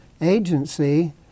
agency